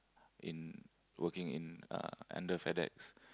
in working in uh under Fedex